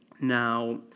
Now